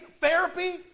therapy